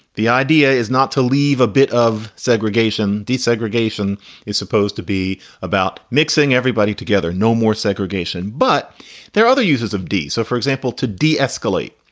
the idea is not to leave a bit of segregation. desegregation is supposed to be about mixing everybody together. no more segregation. but there are other uses of daeso, so for example, to de-escalate.